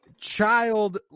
Child